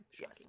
yes